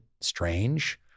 strange